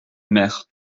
mère